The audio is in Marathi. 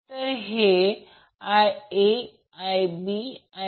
त्याचप्रमाणे P2 VL IL cosine